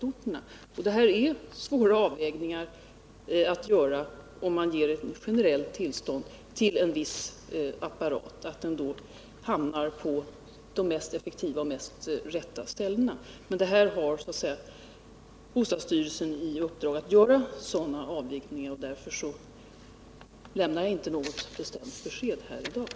Om man ger ett generellt tillstånd för en viss apparat, är det en svår avvägning att se till att den hamnar på de rätta ställena. Bostadsstyrelsen har i uppdrag att göra sådana avvägningar, och därför lämnar jag inte något bestämt besked i dag.